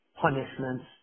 punishments